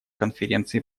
конференции